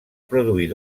produir